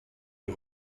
die